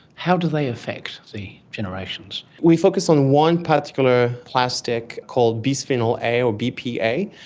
how do they affect the generations? we focus on one particular plastic called bisphenol a or bpa,